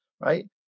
right